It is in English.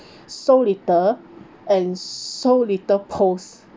so little and so little posts